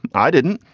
and i didn't.